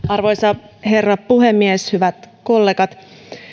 arvoisa herra puhemies hyvät kollegat